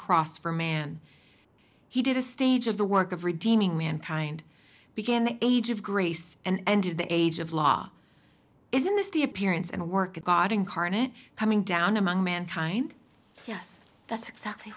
cross for man he did a stage of the work of redeeming mankind begin the age of grace and the age of law is in this the appearance and work of god incarnate coming down among mankind yes that's exactly